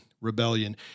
rebellion